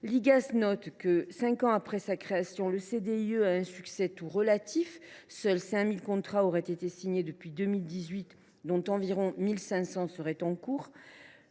que, cinq ans après sa création, le succès du CDIE est tout relatif : seuls 5 000 contrats auraient été signés depuis 2018, dont environ 1 500 seraient en cours.